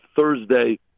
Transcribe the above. Thursday